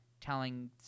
telling